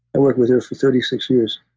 i worked with her for thirty six years.